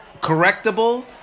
correctable